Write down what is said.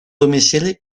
domicili